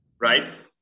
right